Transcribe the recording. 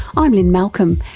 i'm lynne malcolm,